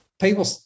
people